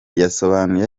yasobanuye